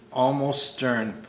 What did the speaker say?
almost stern,